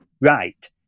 right